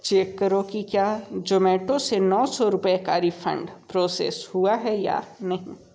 check करो कि क्या जोमैटो से नौ सौ रुपये का रिफंड प्रोसेस हुआ है या नहीं